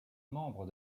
membre